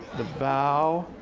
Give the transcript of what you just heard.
vow.